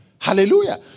Hallelujah